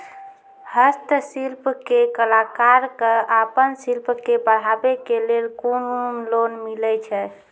हस्तशिल्प के कलाकार कऽ आपन शिल्प के बढ़ावे के लेल कुन लोन मिलै छै?